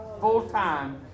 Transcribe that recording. full-time